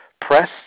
press